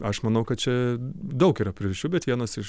aš manau kad čia daug yra priežasčių bet vienas iš